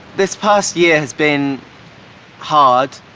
this past year has been hard.